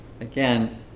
again